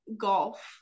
golf